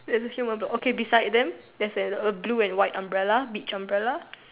that's the same number okay beside them there's an a blue and white umbrella beach umbrella